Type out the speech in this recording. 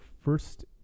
first